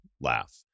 laugh